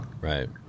Right